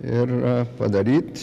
ir padaryt